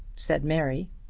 said mary.